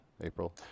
April